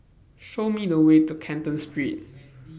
Show Me The Way to Canton Street